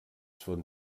von